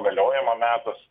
galiojimo metas